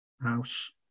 house